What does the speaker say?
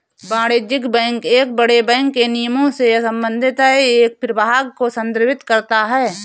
वाणिज्यिक बैंक एक बड़े बैंक के निगमों से संबंधित है एक प्रभाग को संदर्भित करता है